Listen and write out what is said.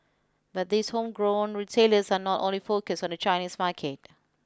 but these homegrown retailers are not only focused on the Chinese market